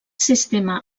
sistema